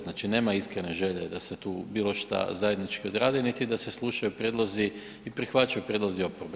Znači nema iskrene želje da se tu bilo šta zajednički odradi, niti da se slušaju prijedlozi i prihvaćaju prijedlozi oporbe.